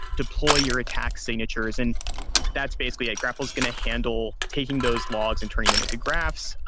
deploy your attack signatures, and that's basically it. grapl is going to handle taking those logs and turning them into graphs.